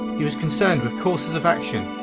he was concerned with courses of action,